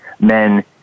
men